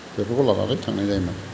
बेफोरखौ लानानै थांनाय जायोमोन